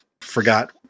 forgot